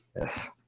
Yes